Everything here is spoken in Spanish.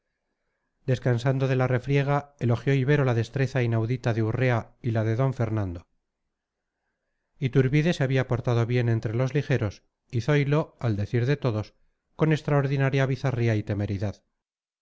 descansando de la refriega elogió ibero la destreza inaudita de urrea y la de d fernando iturbide se había portado bien entre los ligeros y zoilo al decir de todos con extraordinaria bizarría y temeridad